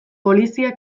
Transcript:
polizia